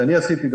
שאני עשיתי,